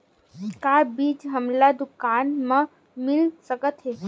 का बीज हमला दुकान म मिल सकत हे?